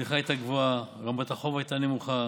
הצמיחה הייתה גבוהה, רמת החוב הייתה נמוכה